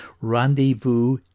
Rendezvous